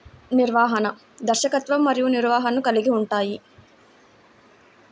నిర్వహణ, దర్శకత్వం మరియు నిర్వహణను కలిగి ఉంటాయి